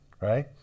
Right